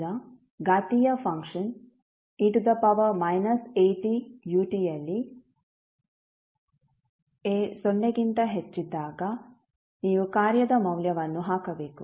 ಈಗ ಘಾತೀಯ function e atutಯಲ್ಲಿ a ಸೊನ್ನೆಗಿಂತ ಹೆಚ್ಚಿದ್ದಾಗ ನೀವು ಕಾರ್ಯದ ಮೌಲ್ಯವನ್ನು ಹಾಕಬೇಕು